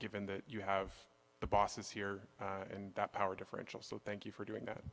given that you have the bosses here and the power differential so thank you for doing that